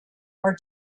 are